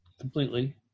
completely